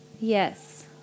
Yes